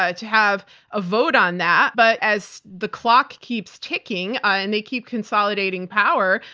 ah to have a vote on that. but as the clock keeps ticking and they keep consolidating power,